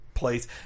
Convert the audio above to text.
Place